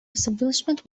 establishment